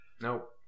Nope